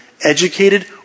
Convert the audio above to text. educated